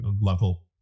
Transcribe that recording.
level